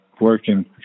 working